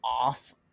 off